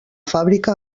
fàbrica